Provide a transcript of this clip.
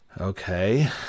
Okay